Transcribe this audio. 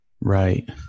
Right